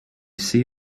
see